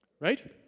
Right